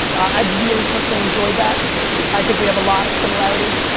i really personally enjoyed that. thank you. i think we have a lot of similarities.